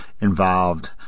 involved